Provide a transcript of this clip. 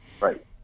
Right